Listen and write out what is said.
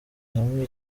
hamwe